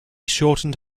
shortened